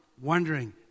wondering